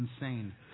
insane